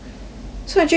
so actually it works eh